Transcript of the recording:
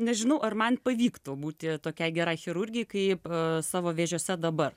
nežinau ar man pavyktų būti tokiai gerai chirurgei kaip savo vėžiose dabar